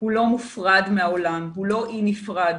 הוא לא מופרד מהעולם, הוא לא אי נפרד.